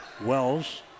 Wells